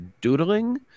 doodling